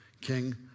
King